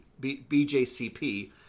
bjcp